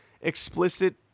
explicit